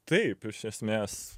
taip iš esmės